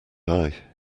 eye